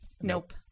Nope